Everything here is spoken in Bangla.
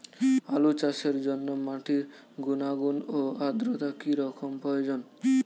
আলু চাষের জন্য মাটির গুণাগুণ ও আদ্রতা কী রকম প্রয়োজন?